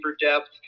depth